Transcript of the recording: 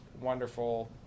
wonderful